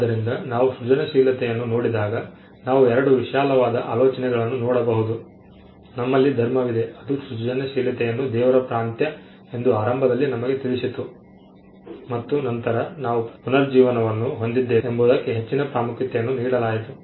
ಆದ್ದರಿಂದ ನಾವು ಸೃಜನಶೀಲತೆಯನ್ನು ನೋಡಿದಾಗ ನಾವು 2 ವಿಶಾಲವಾದ ಆಲೋಚನೆಗಳನ್ನು ನೋಡಬಹುದು ನಮ್ಮಲ್ಲಿ ಧರ್ಮವಿದೆ ಅದು ಸೃಜನಶೀಲತೆಯನ್ನು ದೇವರ ಪ್ರಾಂತ್ಯ ಎಂದು ಆರಂಭದಲ್ಲಿ ನಮಗೆ ತಿಳಿಸಿತು ಮತ್ತು ನಂತರ ನಾವು ಪುನರುಜ್ಜೀವನವನ್ನು ಹೊಂದಿದ್ದೇವೆ ಎಂಬುದಕ್ಕೆ ಹೆಚ್ಚಿನ ಪ್ರಾಮುಖ್ಯತೆಯನ್ನು ನೀಡಲಾಯಿತು